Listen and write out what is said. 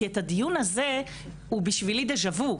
כי הדיון הזה הוא בשבילי דז'ה וו.